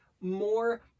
more